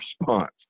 response